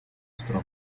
страну